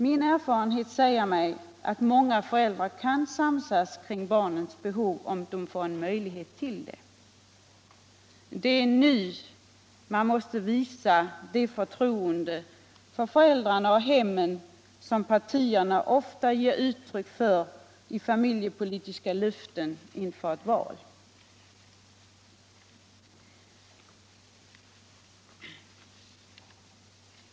Min erfarenhet säger mig att många föräldrar kan samsas kring barnens behov, om de får en möjlighet till det. Det är nu man måste visa det förtroende för föräldrarna och hemmen som partierna ofta ger uttryck för i familjepolitiska löften inför ett val.